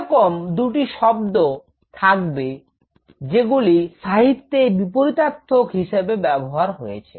সেরকম দুটি শব্দ থাকবে যেগুলি সাহিত্যে বিপরীতার্থক হিসেবে ব্যবহার হয়েছে